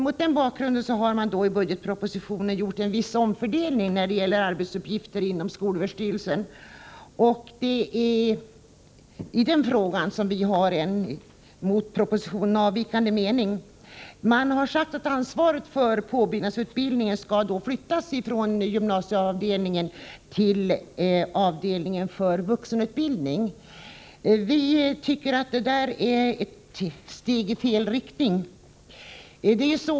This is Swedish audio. Mot denna bakgrund har man i budgetpropositionen gjort en viss omfördelning när det gäller arbetsuppgifter inom skolöverstyrelsen, och det är i den frågan vi har en mot propositionen avvikande mening. Man har sagt att ansvaret för påbyggnadsutbildningen skall flyttas från gymnasieavdelningen till avdelningen för vuxenutbildning. Vi tycker att det är ett steg i fel riktning.